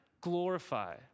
glorify